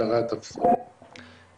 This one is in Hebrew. ככה פשוט אפשר להגדיר